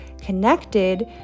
connected